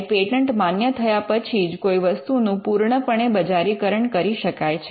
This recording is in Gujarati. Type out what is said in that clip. અને પેટન્ટ માન્ય થયા પછી જ કોઈ વસ્તુનું પૂર્ણપણે બજારી કરણ કરી શકાય છે